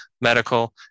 medical